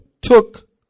took